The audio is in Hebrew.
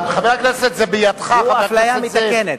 חבר הכנסת זאב, זה בידך.